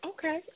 Okay